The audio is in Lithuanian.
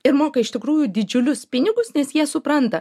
ir moka iš tikrųjų didžiulius pinigus nes jie supranta